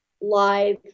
live